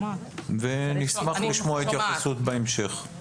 נשמח לשמוע התייחסות בהמשך.